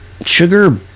sugar